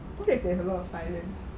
there is lot of silence